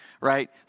right